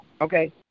Okay